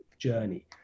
journey